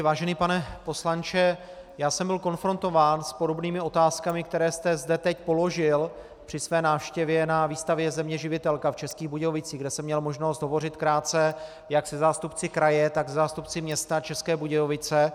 Vážený pane poslanče, já jsem byl konfrontován s podobnými otázkami, které jste zde teď položil, při své návštěvě na výstavě Země živitelka v Českých Budějovicích, kde jsem měl možnost hovořit krátce jak se zástupci kraje, tak se zástupci města České Budějovice.